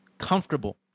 comfortable